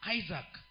isaac